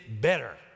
better